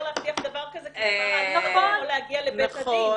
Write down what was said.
להבטיח דבר כזה --- להגיע לבית הדין.